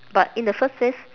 but in the first place